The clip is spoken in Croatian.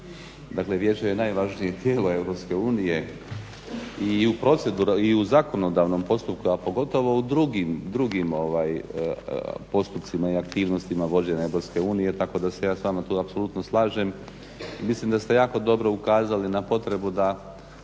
Dakle, Vijeće je najvažnije tijelo EU i u zakonodavnom postupku, a pogotovo u drugim postupcima i aktivnostima vođenja EU tako da se ja s vama tu apsolutno slažem. I mislim da ste jako dobro ukazali na potrebu da